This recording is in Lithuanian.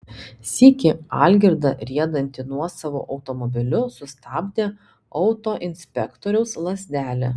sykį algirdą riedantį nuosavu automobiliu sustabdė autoinspektoriaus lazdelė